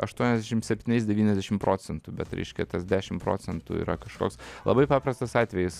aštuoniasdešim septyniais devyniasdešim procentų bet reiškia tas dešim procentų yra kažkoks labai paprastas atvejis